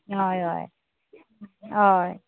हय हय हय